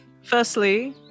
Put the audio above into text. Firstly